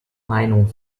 meinung